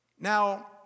Now